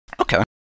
Okay